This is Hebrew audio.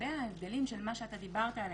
לגבי ההבדלים של מה שאתה דיברת עליהם,